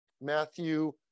Matthew